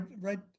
right